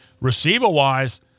receiver-wise